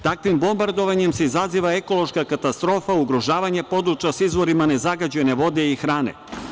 Takvim bombardovanjem se izaziva ekološka katastrofa ugrožavanje područja sa izvorima ne zagađene vode i hrane.